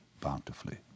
bountifully